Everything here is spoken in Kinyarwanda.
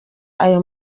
ayo